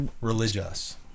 religious